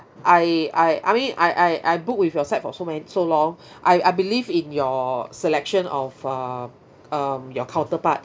I I I mean I I I book with your side for so many so long I I believe in your selection of err um your counterpart